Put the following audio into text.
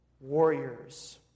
warriors